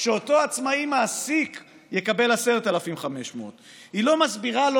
שאותו עצמאי מעסיק יקבל 10,500. היא לא מסבירה לו